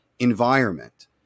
environment